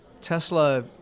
Tesla